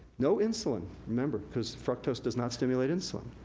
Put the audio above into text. no insulin, remember, cause fructose does not stimulate insulin.